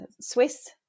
Swiss